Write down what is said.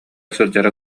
сылдьара